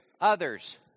others